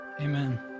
Amen